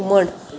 हुमण